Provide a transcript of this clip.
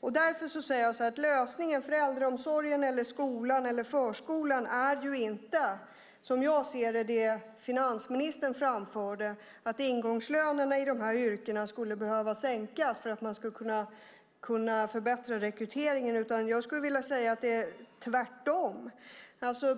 Därför säger jag så här: Lösningen för äldreomsorgen, skolan eller förskolan är inte, som jag ser det, det som finansministern framförde, nämligen att ingångslönerna i de här yrkena skulle behöva sänkas för att man skulle kunna förbättra rekryteringen. Jag skulle vilja säga att det är tvärtom.